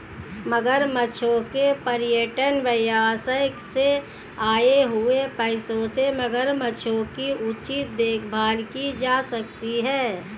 मगरमच्छों के पर्यटन व्यवसाय से आए हुए पैसों से मगरमच्छों की उचित देखभाल की जा सकती है